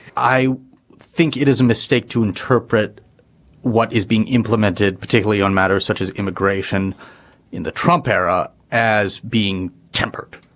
i think it is a mistake to interpret what is being implemented, particularly on matters such as immigration in the trump era as being tempered.